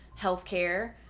healthcare